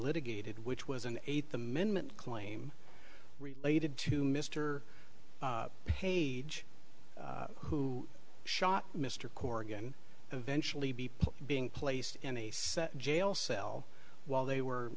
litigated which was an eighth amendment claim related to mr page who shot mr corrigan eventually be being placed in a set jail cell while they were